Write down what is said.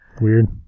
weird